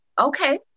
Okay